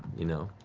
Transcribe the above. you know,